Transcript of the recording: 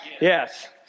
Yes